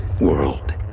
world